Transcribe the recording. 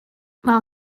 while